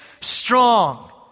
strong